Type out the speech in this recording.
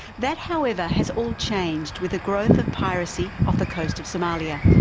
that, however, has all changed, with the growth of piracy off the coast of somalia.